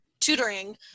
tutoring